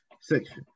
section